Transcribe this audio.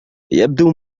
يبدو